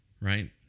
right